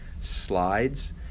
slides